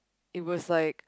it was like